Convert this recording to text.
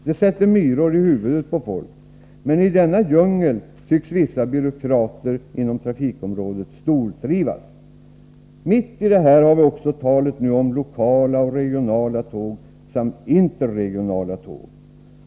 Detta sätter myror i huvudet på folk. I denna djungel tycks vissa byråkrater på trafikområdet stortrivas. Dessutom har vi också talet om lokala och regionala tåg samt interregionala tåg.